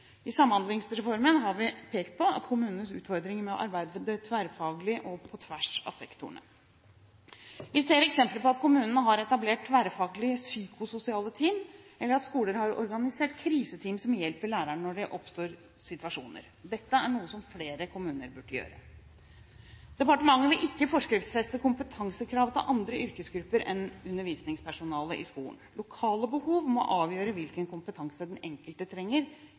i kommunenes sosialtjeneste. I Samhandlingsreformen har vi pekt på kommunenes utfordring med å arbeide tverrfaglig og på tvers av sektorene. Vi ser eksempler på at kommuner har etablert tverrfaglige psykososiale team, eller at skoler har organisert kriseteam som hjelper lærerne når det oppstår situasjoner. Dette er noe flere kommuner burde gjøre. Departementet vil ikke forskriftsfeste kompetansekrav til andre yrkesgrupper enn undervisningspersonalet i skolen. Lokale behov må avgjøre hvilken kompetanse den enkelte trenger